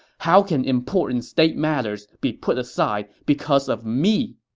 how can important state matters be put aside because of me!